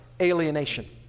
Alienation